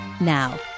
Now